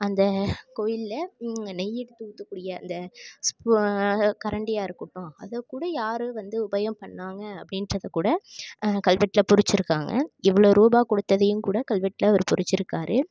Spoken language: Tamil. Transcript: அந்த கோயிலில் நெய் எடுத்து ஊற்றக்கூடிய அந்த ஸ்பூ கரண்டியாக இருக்கட்டும் அதைக்கூட யார் வந்து உபயம் பண்ணிணாங்க அப்படின்றத கூட கல்வெட்டில் பொரிச்சிருக்காங்க இவ்வளோ ரூபாய் கொடுத்ததையும் கூட கல்வெட்டில் அவர் பொரிச்சிருக்காரு